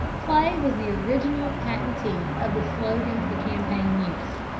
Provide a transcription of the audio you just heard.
clay was the original patentee of the slogan for campaign use.